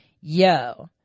yo